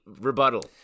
rebuttal